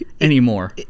anymore